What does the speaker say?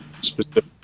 specific